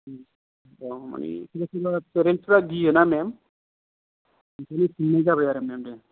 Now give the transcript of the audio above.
औ माने जेकुनु पेरेन्टसफ्रा गियोना मेम बिनो जाबाय आरो मेम दे